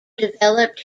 developed